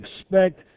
expect